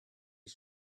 ich